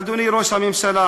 אדוני ראש הממשלה.